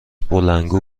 بلندگو